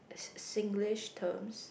Singlish terms